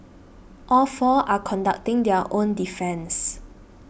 all four are conducting their own defence